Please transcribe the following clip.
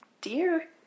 dear